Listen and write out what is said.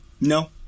No